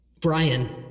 Brian